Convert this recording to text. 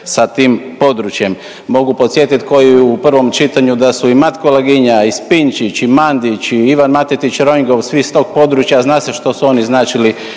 sa tim područjem. Mogu podsjetit ko je i u prvom čitanju da su i Matko Laginja i Spinčić i Mandić i Ivan Matetić Ronjgov, svi s tog područja, zna se što su oni značili